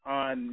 on